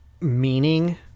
meaning